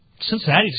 Cincinnati